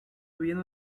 viene